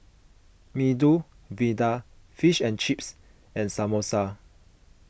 Medu Vada Fish and Chips and Samosa